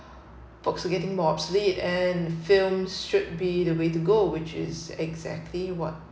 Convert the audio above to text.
books are getting more obsolete and films should be the way to go which is exactly what